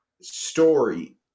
story